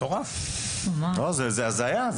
זאת הזיה.